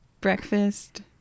breakfast